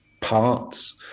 parts